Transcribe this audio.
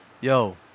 Yo